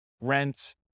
rent